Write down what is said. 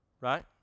Right